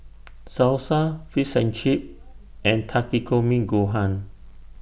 Salsa Fish and Chips and Takikomi Gohan